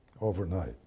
overnight